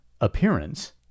appearance